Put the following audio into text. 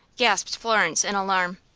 gasped florence, in alarm.